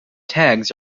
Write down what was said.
tags